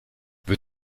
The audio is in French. veux